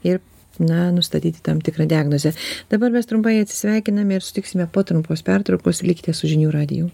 ir na nustatyti tam tikrą diagnozę dabar mes trumpai atsisveikiname ir susitiksime po trumpos pertraukos likite su žinių radiju